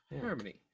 Harmony